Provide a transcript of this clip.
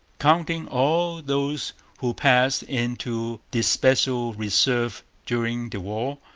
counting all those who passed into the special reserve during the war,